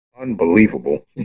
unbelievable